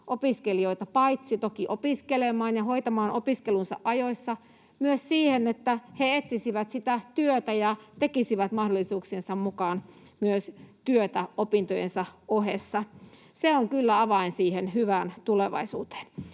opiskelijoita paitsi toki opiskelemaan ja hoitamaan opiskelunsa ajoissa myös siihen, että he etsisivät työtä ja tekisivät mahdollisuuksiensa mukaan työtä myös opintojensa ohessa. Se on kyllä avain hyvään tulevaisuuteen.